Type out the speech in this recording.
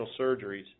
surgeries